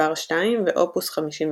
מספר 2 ואופוס 55,